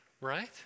right